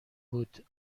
بود